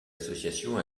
association